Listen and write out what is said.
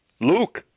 Luke